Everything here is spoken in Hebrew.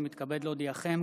אני מתכבד להודיעכם,